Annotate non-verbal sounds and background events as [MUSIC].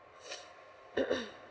[COUGHS]